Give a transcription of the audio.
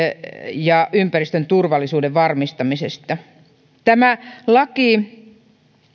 ja ympäristön turvallisuuden varmistamisesta tämä laki